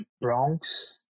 bronx